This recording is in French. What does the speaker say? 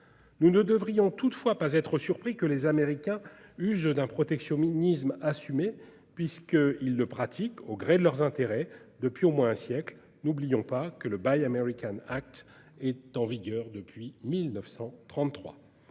Nous ne devrions toutefois pas être surpris que les Américains usent d'un protectionnisme assumé. Ils le pratiquent, au gré de leurs intérêts, depuis au moins un siècle. N'oublions pas que le est en vigueur depuis 1933